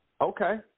Okay